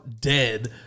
dead